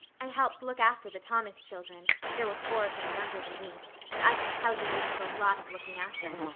i helped look after the thomas children there were four of them younger than me and i can tell you they took a lot of looking after.